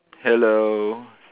hello